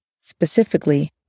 specifically